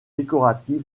décoratifs